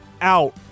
out